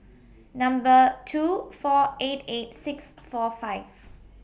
Number two four eight eight six four five